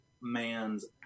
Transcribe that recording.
man's